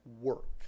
work